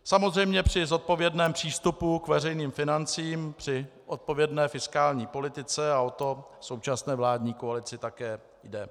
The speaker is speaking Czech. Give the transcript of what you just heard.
Samozřejmě při zodpovědném přístupu k veřejným financím, při odpovědné fiskální politice, a o to současné vládní koalici také jde.